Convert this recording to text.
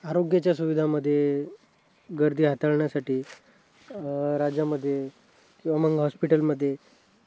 आरोग्याच्या सुविधांमध्ये गर्दी हाताळण्यासाठी राज्यामध्ये किंवा मग हॉस्पिटलमध्ये